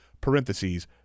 Parentheses